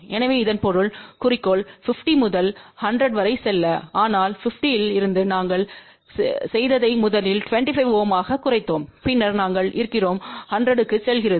எனவே இதன் பொருள் குறிக்கோள் 50 முதல் 100 வரை செல்ல ஆனால் 50 ல் இருந்து நாங்கள் செய்ததை முதலில் 25 Ω ஆகக் குறைத்தோம் பின்னர் நாங்கள் இருக்கிறோம் 100 க்குச் செல்கிறது